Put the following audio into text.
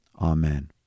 amen